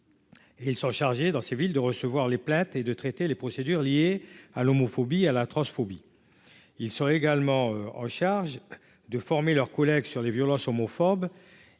ils sont chargés dans ces villes de recevoir les plaintes et de traiter les procédures liées à l'homophobie à la transphobie, ils sont également en charge de former leurs collègues sur les violences homophobes